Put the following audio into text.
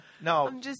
No